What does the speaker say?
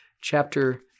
chapter